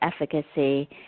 efficacy